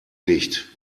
nicht